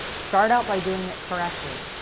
start out by doing it correctly.